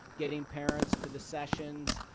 getting parents to the sessions,